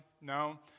No